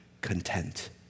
content